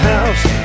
House